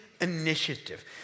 initiative